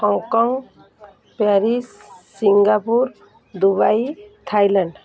Hong Kong Paris Singapore Dubai Thailand